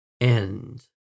end